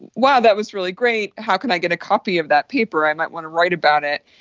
wow, that was really great. how can i get a copy of that paper? i might want to write about it.